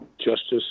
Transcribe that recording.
justice